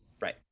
Right